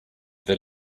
that